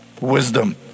wisdom